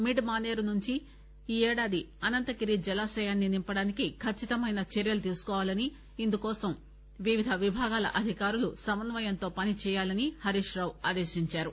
mid Manair నుంచి ఈ ఏడాది అనంతగిరి జలాశయాన్ని నింపడానికి కచ్చితమైన చర్యలు తీసుకోవాలని ఇందుకోసం వివిధ విభాగాల అధికారులు సమన్నయంతో పనిచేయాలని హరీష్ రావు ఆదేశించారు